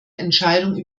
entscheidung